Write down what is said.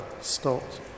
stopped